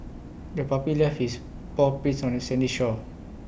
the puppy left its paw prints on the sandy shore